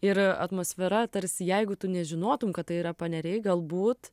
ir atmosfera tarsi jeigu tu nežinotum kad tai yra paneriai galbūt